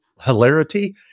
hilarity